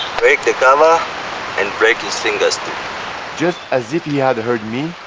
break the kawa and break his fingers too just as if he had heard me,